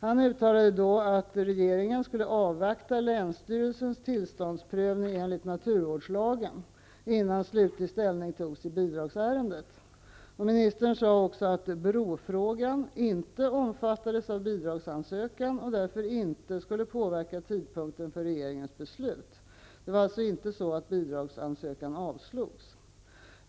Han uttalade då att regeringen skulle avvakta länsstyrelsens tillståndsprövning enligt naturvårdslagen innan slutlig ställning togs i bidragsärendet. Ministern sade också att ''brofrågan'' inte omfattades av bidragsansökan och därför inte skulle påverka tidpunkten för regeringens beslut. Det var alltså inte så att bidragsansökan avslogs.